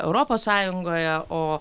europos sąjungoje o